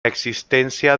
existencia